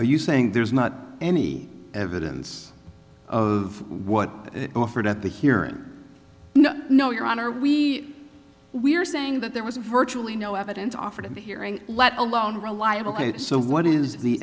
are you saying there's not any evidence of what it offered at the hearing no no your honor we we're saying that there was virtually no evidence offered in the hearing let alone reliable if so what is the